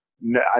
No